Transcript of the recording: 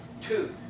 Two